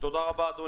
תודה רבה, אדוני.